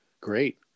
great